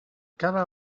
cada